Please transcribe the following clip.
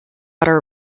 water